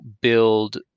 build